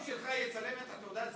שהמשקיף שלך יצלם את תעודת הזהות?